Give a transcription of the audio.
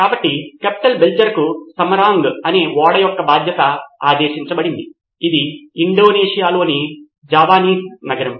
కాబట్టి కెప్టెన్ బెల్చర్కు సమరాంగ్ అనే ఓడ యొక్క బాధ్యత ఆదేశించ బడింది ఇది ఇండోనేషియాలోని జావానీస్ నగరం